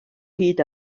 hyd